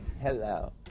hello